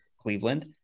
Cleveland